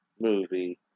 movie